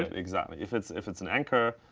exactly. if it's if it's an anchor,